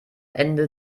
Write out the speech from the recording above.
ende